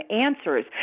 answers